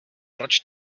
proč